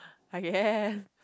ah yes